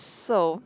so